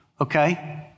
Okay